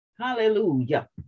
Hallelujah